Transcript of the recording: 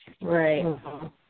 Right